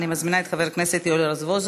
אני מזמינה את חבר הכנסת יואל רזבוזוב,